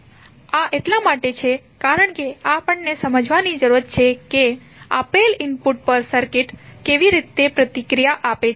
આ એટલા માટે છે કારણ કે આપણને સમજવાની જરૂર છે કે આપેલ ઇનપુટ પર સર્કિટ કેવી રીતે પ્રતિક્રિયા આપે છે